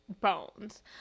bones